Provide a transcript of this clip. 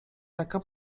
taka